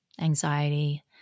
anxiety